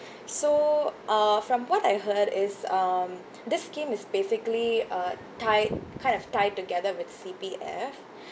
so uh from what I heard is um this scheme is basically a tied kind of tied together with C_P_F